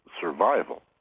survival